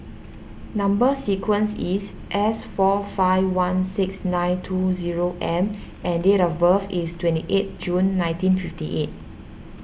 Number Sequence is S four five one six nine two zero M and date of birth is twenty eight June nineteen fifty eight